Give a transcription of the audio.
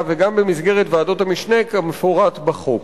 וגם במסגרת ועדות המשנה כמפורט בחוק.